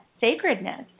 sacredness